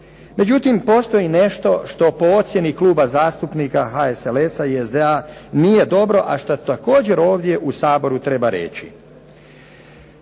Međutim, postoji nešto što po ocjeni Kluba zastupnika HSLS-a i SDA nije dobro, a što također ovdje u Saboru treba reći.